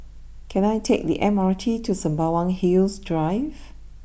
can I take the M R T to Sembawang Hills Drive